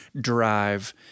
drive